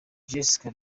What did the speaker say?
jessica